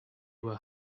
were